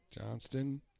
Johnston